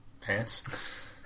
pants